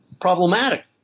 problematic